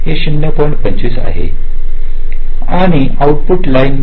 25 आहे आणि output line delay 0